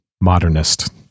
modernist